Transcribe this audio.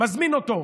מזמין אותו.